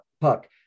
puck